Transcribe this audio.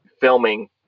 filming